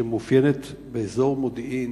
שמאופיינת באזור מודיעין,